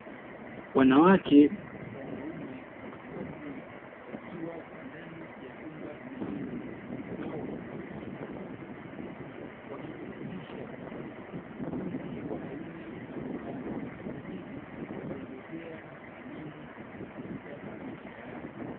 Wanawake kwa wanaume watu wazima wakiwa ndani ya chumba maalumu au ofisi wakijifundisha ujuzi wa aina mbalimbali ili kujiongezea elimu katika maisha yao ujuzi wa aina mbalimbali ili kujiongezea elimu katika maisha yao.